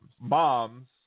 Moms